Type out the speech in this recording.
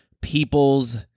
people's